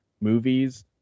movies